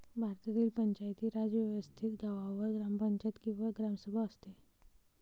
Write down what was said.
भारतातील पंचायती राज व्यवस्थेत गावावर ग्रामपंचायत किंवा ग्रामसभा असते